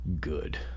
good